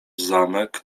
zamek